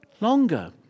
longer